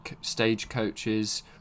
stagecoaches